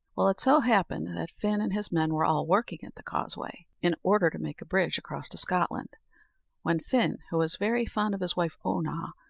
well, it so happened that fin and his men were all working at the causeway, in order to make a bridge across to scotland when fin, who was very fond of his wife oonagh,